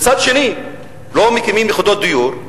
מצד שני לא מקימים יחידות דיור,